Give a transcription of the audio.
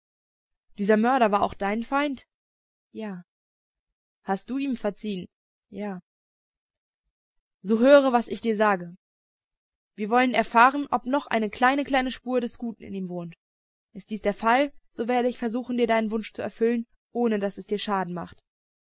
dieser mörder war auch dein feind ja hast du ihm verziehen ja so höre was ich dir sage wir wollen erfahren ob noch eine kleine kleine spur des guten in ihm wohnt ist dies der fall so werde ich versuchen dir deinen wunsch zu erfüllen ohne daß es dir schaden macht